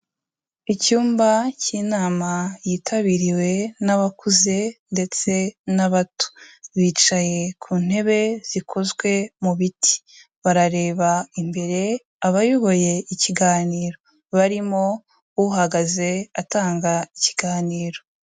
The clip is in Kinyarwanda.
Icyumba cy'inama yitabiriwe n'abakuze ndetse n'abato, bicaye ku ntebe zikozwe mu biti, barareba imbere abayoboye ikiganiro barimo uhagaze atanga ikiganiro.